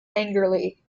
angrily